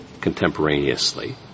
contemporaneously